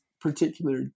particular